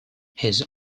his